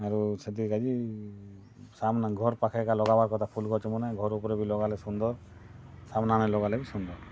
ଆରୁ ସେଥିର ଲାଗି ସାମ୍ନା ଘର୍ ପାଖେ ଏକା ଲଗାବାର୍ କଥା ଫୁଲ୍ ଗଛ୍ ମନେ ଘର୍ ଉପରେ ଲଗାଲେ ବି ସୁନ୍ଦର୍ ସାମ୍ନା ନେ ଲଗାଲେ ବି ସୁନ୍ଦର୍